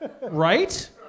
right